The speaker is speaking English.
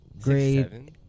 grade